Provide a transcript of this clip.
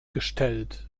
gestellt